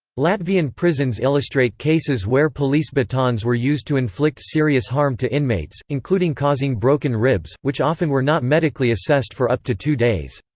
latvian prisons illustrate cases where police batons were used to inflict serious harm to inmates, including causing broken ribs, which often were not medically assessed for up to two days.